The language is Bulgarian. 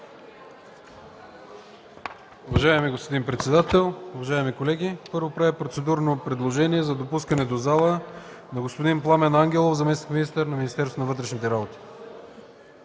Уважаеми господин председател, уважаеми колеги! Първо правя процедурно предложение за допускане до пленарната зала на господин Пламен Ангелов – заместник-министър на вътрешните работи.